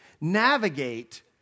navigate